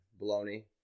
baloney